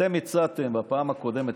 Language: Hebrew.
אתם הצעתם בפעם הקודמת,